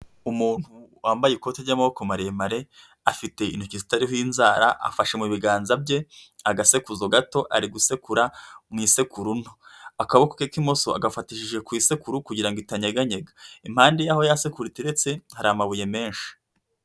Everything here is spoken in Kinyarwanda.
Umuntu wambaye ikoti ry'amaboko maremare, afite intoki zitariho inzara, afashe mu biganza bye agasekuzo gato ari gusekura mu isekuru nto, akaboko ke k'imoso agafatishije ku isekuru kugira ngo itanyeganyega, impande ye aho yasekuru iteretse hari amabuye menshi.